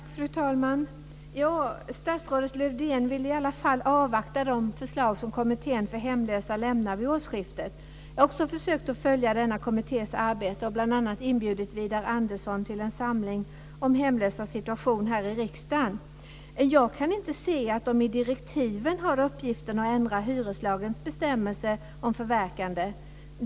Fru talman! Statsrådet Lövdén vill i alla fall avvakta de förslag som Kommittén för hemlösa lämnar vid årsskiftet. Jag har också försökt att följa denna kommittés arbete och bl.a. inbjudit Widar Andersson till en samling här i riksdagen om hemlösas situation. Jag kan inte se att de i direktiven har uppgiften att ändra hyreslagens bestämmelser om förverkande.